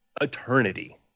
eternity